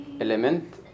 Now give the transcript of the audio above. element